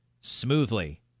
smoothly